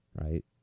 Right